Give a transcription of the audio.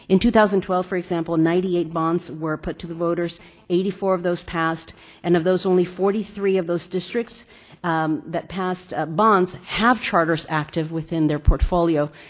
in two thousand and twelve, for example, ninety eight bonds were put to the voters eighty four of those passed and of those, only forty three of those districts that passed bonds have charters active within their portfolio,